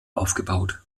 aufgebaut